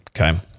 Okay